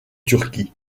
turquie